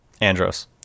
Andros